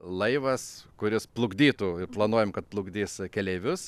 laivas kuris plukdytų planuojam kad plukdys keleivius